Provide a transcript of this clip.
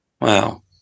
Wow